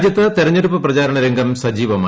രാജ്യത്ത് തെരഞ്ഞെടുപ്പ് പ്രചാർണ് രംഗം സജീവമായി